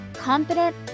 confident